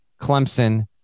Clemson